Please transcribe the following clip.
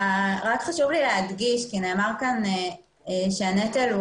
חשוב לי להדגיש כי נאמר כאן שהנטל הוא